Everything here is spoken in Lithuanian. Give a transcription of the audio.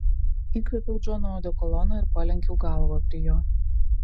įkvėpiau džono odekolono ir palenkiau galvą prie jo